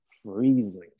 Freezing